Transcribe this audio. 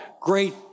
great